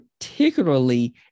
particularly